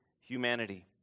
humanity